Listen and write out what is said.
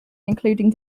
including